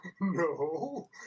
no